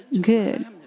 Good